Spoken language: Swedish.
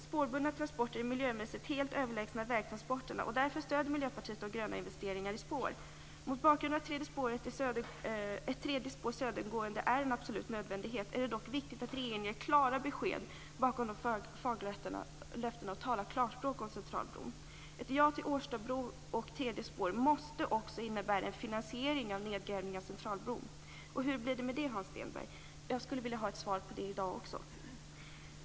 Spårbundna transporter är miljömässigt helt överlägsna vägtransporterna. Därför stöder Miljöpartiet de gröna investeringar i spår. Mot bakgrund av att ett tredje spår, södergående, är en absolut nödvändighet är det dock viktigt att regeringen har klara besked bakom de fagra löftena och talar klarspråk om Centralbron. Ett ja till Årstabron och ett tredje spår måste också innebära en finansiering av nedgrävning av Centralbron. Hur blir det med det, Hans Stenberg? Jag skulle vilja ha ett svar i dag också på den frågan.